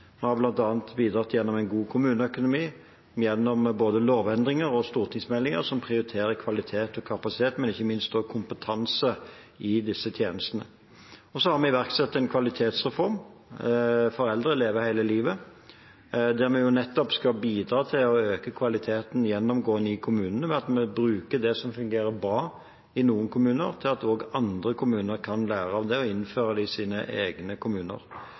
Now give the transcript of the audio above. Vi har bl.a. bidratt gjennom en god kommuneøkonomi, gjennom lovendringer og stortingsmeldinger som prioriterer kvalitet og kapasitet, men ikke minst kompetanse i disse tjenestene. Vi har iverksatt en kvalitetsreform for eldre, Leve hele livet, der vi nettopp skal bidra til å øke kvaliteten gjennomgående i kommunene, ved at man bruker det som fungerer bra i noen kommuner, slik at andre kommuner kan lære av det og innføre det i sine egne kommuner.